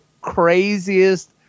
craziest